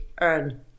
earn